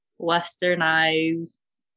westernized